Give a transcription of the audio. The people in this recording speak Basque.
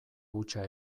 hutsa